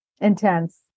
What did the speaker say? intense